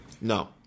No